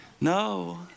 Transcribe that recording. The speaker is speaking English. No